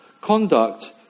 conduct